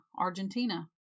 argentina